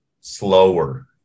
slower